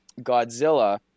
Godzilla